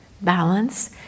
balance